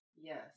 Yes